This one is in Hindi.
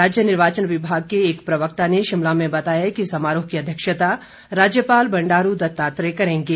राज्य निर्वाचन विभाग के एक प्रवक्ता ने शिमला में बताया कि समारोह की अध्यक्षता राज्यपाल बंडारू दत्तात्रेय करेंगे